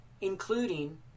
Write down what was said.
including